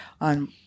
on